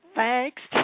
Thanks